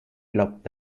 glaubt